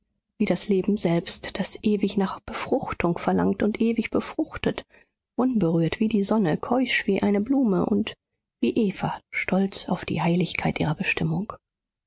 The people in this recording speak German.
wie das leben selbst das ewig nach befruchtung verlangt und ewig befruchtet unberührt wie die sonne keusch wie eine blume und wie eva stolz auf die heiligkeit ihrer bestimmung